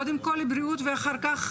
קודם כל, היא בריאות ואחר כך